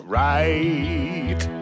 right